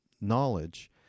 knowledge